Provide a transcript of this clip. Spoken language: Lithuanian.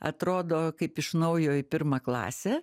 atrodo kaip iš naujo į pirmą klasę